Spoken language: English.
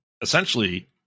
essentially